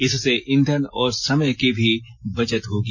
इससे ईंधन और समय की भी बचत होगी